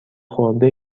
خورده